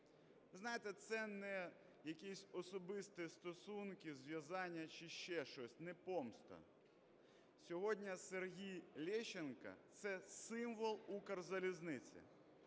знаєте, це не якісь особисті стосунки, зв'язання чи ще щось, не помста. Сьогодні Сергій Лещенко – це символ Укрзалізниці: